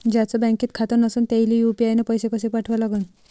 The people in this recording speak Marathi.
ज्याचं बँकेत खातं नसणं त्याईले यू.पी.आय न पैसे कसे पाठवा लागन?